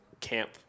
camp